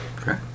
Okay